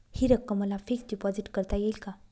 हि रक्कम मला फिक्स डिपॉझिट करता येईल का?